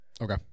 Okay